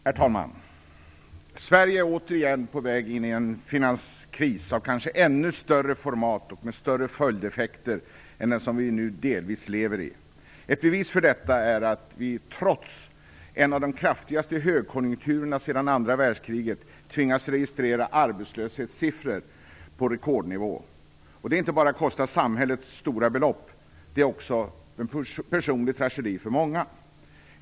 Herr talman! Sverige är återigen på väg in i en finanskris, som kanske är av ännu större format och har ännu större effekter än den som vi nu delvis lever i. Ett bevis för detta är att vi trots en av de kraftigaste högkonjunkturerna sedan andra världskriget tvingas registrera arbetslöshetssiffror på rekordnivå. Det kostar inte bara samhället stora belopp, utan det är också en personlig tragedi för många.